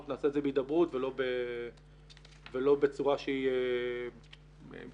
נעשה את זה בהידברות ולא בצורה שהיא מתנגשת.